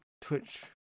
Twitch